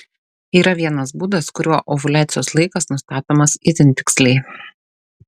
yra vienas būdas kuriuo ovuliacijos laikas nustatomas itin tiksliai